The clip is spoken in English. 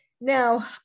Now